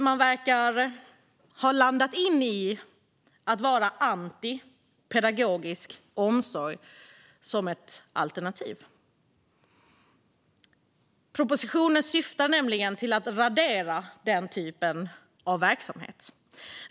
Man verkar ha landat i att vara anti pedagogisk omsorg som ett alternativ. Propositionen syftar nämligen till att radera den typen av verksamhet.